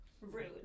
rude